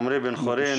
עמרי בן חורין,